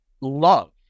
love